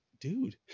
dude